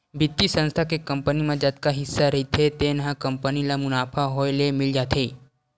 बित्तीय संस्था के कंपनी म जतका हिस्सा रहिथे तेन ह कंपनी ल मुनाफा होए ले मिल जाथे